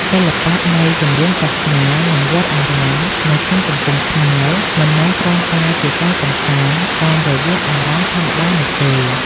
សិល្បៈនៃចម្រៀងសាសនា និងវត្តអារាមនៅក្នុងសង្គមខ្មែរ មិនមែនគ្រាន់តែជាការកម្សាន្តតាមអារម្មណ៍ធម្មតានោះទេ